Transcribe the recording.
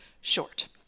short